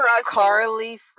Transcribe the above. carly